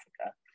Africa